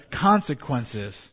consequences